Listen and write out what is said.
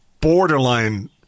borderline